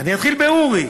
אני אתחיל באורי,